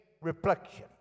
reflection